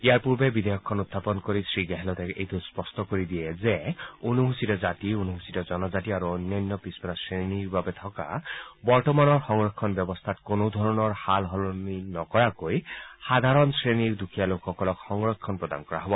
ইয়াৰ পূৰ্বে বিধেয়কখন উত্থাপন কৰি শ্ৰীগেহলটে এইটো স্পষ্ট কৰি দিয়ে যে অনুসূচিত জাতি অনুসূচিত জনজাতি আৰু অন্যান্য পিছপৰা শ্ৰেণীৰ বাবে থকা বৰ্তমানৰ সংৰক্ষণ ব্যৱস্থাত কোনো সাল সলনি নকৰাকৈ সাধাৰণ শ্ৰেণীৰ দুখীয়া লোকসকলক সংৰক্ষণ প্ৰদান কৰা হব